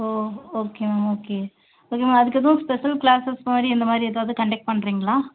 ஓ okay ma'am okay okay ma'am அதுக்கு எதுவும் special classes மாதிரி இந்த மாதிரி எதாவது கண்டெக்ட் பண்ணுறீங்களா